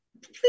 please